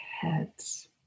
heads